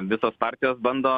visos partijos bando